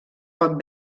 pot